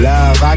Love